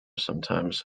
sometimes